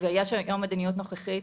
של המדיניות נוכחית,